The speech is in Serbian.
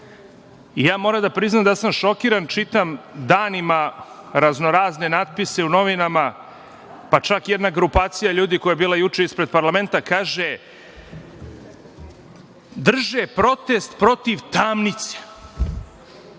zaraza. Moram da priznam da sam šokiran, čitam danima raznorazne natpise u novinama, pa čak i jedna grupacija ljudi koja je juče bila ispred parlamenta, kaže – drže protest protiv tamnice.